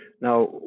Now